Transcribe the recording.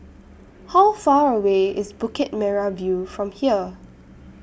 How Far away IS Bukit Merah View from here